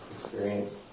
experience